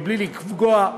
בלי לפגוע,